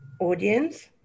Audience